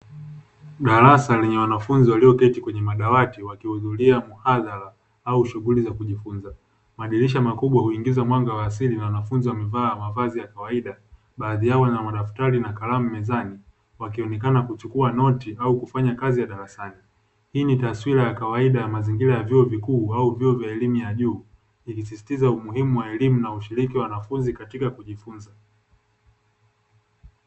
Darasa lenye wanafunzi walioketi kwenye madawati wakihudhuria mhadhara au shughuli za kujifunza. Madirisha makubwa huingiza mwanga wa asili na wanafunzi wamevaa mavazi ya kawaida, baadhi yao wana madaftari na kalamu mezani wakionekana kuchukua noti au kufanya kazi ya darasani. Hii ni taswira ya kawaida ya mazingira ya vyuo vikuu au vyuo vya elimu ya juu, ikisisitiza umuhimu wa elimu na ushiriki wa wanafunzi katika kujifunza.